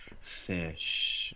fish